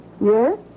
Yes